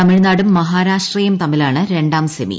തമിഴ്നാടും മഹാരാഷ്ട്രയും തമ്മിലാണു രണ്ടാം സെമി